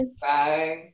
Bye